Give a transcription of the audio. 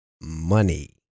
money